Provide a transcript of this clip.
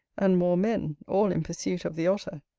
and more men, all in pursuit of the otter.